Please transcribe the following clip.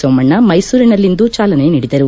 ಸೋಮಣ್ಣ ಮೈಸೂರಿನಲ್ಲಿಂದು ಚಾಲನೆ ನೀಡಿದರು